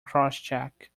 crosscheck